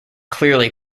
clearly